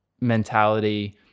mentality